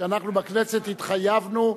שאנחנו בכנסת התחייבנו,